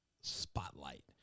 Spotlight